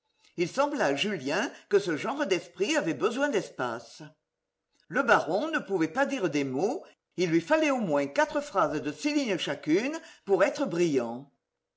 il sembla à julien que ce genre d'esprit avait besoin d'espace le baron ne pouvait pas dire des mots il lui fallait au moins quatre phrases de six lignes chacune pour être brillant